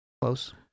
close